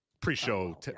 pre-show